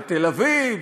בתל אביב,